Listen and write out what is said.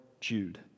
Jude